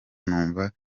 numva